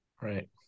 Right